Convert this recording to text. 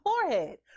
forehead